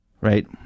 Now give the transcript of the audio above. right